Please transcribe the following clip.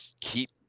Keep